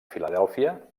filadèlfia